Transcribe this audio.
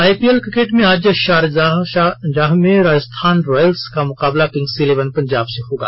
IPL cricket में आज Sharjah में राजस्थान रॉयल्स का मुकाबला किंग्स इलेवन पंजाब से होगा